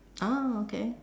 ah okay